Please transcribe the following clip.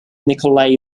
nikolai